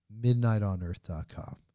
midnightonearth.com